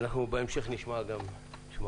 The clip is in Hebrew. בהמשך אנחנו נשמע גם אותך.